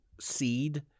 seed